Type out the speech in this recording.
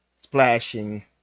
splashing